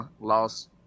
lost